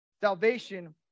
Salvation